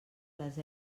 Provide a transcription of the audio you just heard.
les